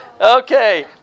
Okay